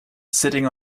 sitting